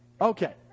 Okay